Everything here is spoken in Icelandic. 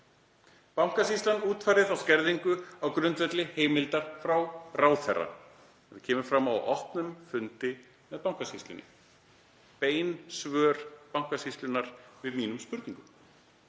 Bankasýslan útfærði þá skerðingu á grundvelli heimildar frá ráðherra. Þetta kemur fram á opnum fundi með Bankasýslunni og voru bein svör Bankasýslunnar við mínum spurningum.